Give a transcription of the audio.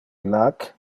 illac